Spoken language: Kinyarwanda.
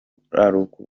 buraruko